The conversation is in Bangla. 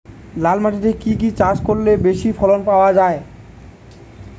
লাল মাটিতে কি কি চাষ করলে বেশি ফলন পাওয়া যায়?